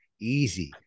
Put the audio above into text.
easy